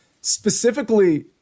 specifically